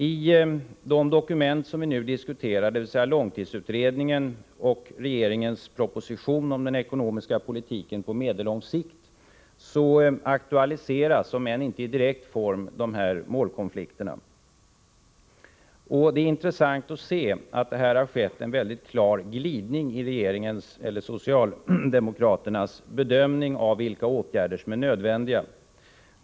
I de dokument som vi nu diskuterar, dvs. långtidsutredningen och regeringens proposition om den ekonomiska politiken på medellång sikt, aktualiseras — om än inte i direkt form — de här målkonflikterna. Det är intressant att se att det har skett en mycket klar glidning i socialdemokraternas uppfattning om vilka åtgärder som är nödvändiga.